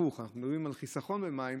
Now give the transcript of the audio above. הפוך: אנחנו מדברים על חיסכון במים.